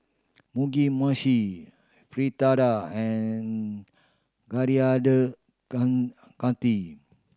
Mugi Meshi Fritada and Coriander Chutney